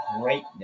Greatness